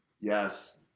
Yes